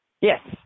Yes